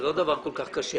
זה לא דבר כל כך קשה,